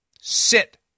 sit